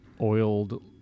oiled